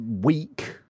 week